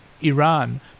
Iran